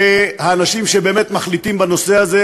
ולאנשים שבאמת מחליטים בנושא הזה: